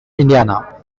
indiana